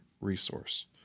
resource